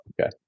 okay